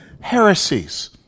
heresies